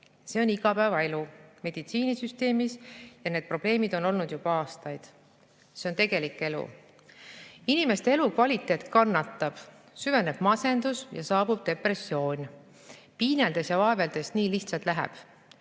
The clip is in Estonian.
See on igapäevaelu meditsiinisüsteemis ja need probleemid on olnud juba aastaid. See on tegelik elu. Inimeste elukvaliteet kannatab, süveneb masendus ja saabub depressioon. Piineldes ja vaeveldes nii lihtsalt läheb.